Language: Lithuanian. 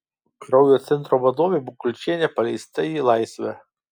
kraujo centro vadovė bikulčienė paleista į laisvę